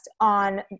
on